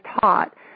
taught